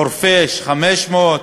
חורפיש, 500,